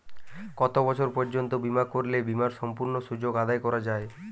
কত বছর পর্যন্ত বিমা করলে বিমার সম্পূর্ণ সুযোগ আদায় করা য়ায়?